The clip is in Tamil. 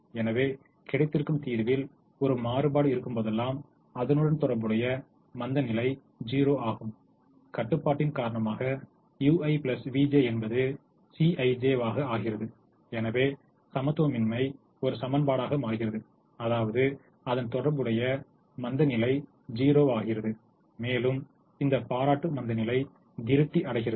எனவே கிடைத்திருக்கும் தீர்வில் ஒரு மாறுபாடு இருக்கும்போதெல்லாம் அதனுடன் தொடர்புடைய மந்தநிலை 0 ஆகும் கட்டுப்பாடின் காரணமாக ui vj என்பது Cij வாக ஆகிறது எனவே சமத்துவமின்மை ஒரு சமன்பாடாக மாறுகிறது அதாவது அதன் தொடர்புடைய மந்தநிலை 0 வாகிறது மேலும் இந்த பாராட்டு மந்தநிலை திருப்தி அடைகிறது